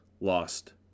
lost